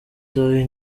tayi